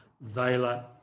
Vela